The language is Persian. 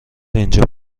اینجا